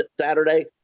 Saturday